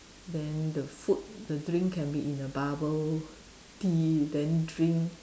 then the food the drink can be in a bubble tea then drink